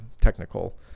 technical